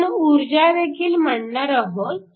आपण ऊर्जा देखील मांडणार आहोत